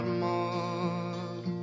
more